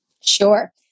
Sure